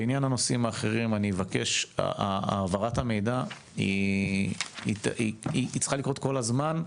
לעניין הנושאים האחרים אני מבקש העברת המידע היא צריכה לקרות כל הזמן,